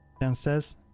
Downstairs